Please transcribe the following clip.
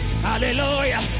Hallelujah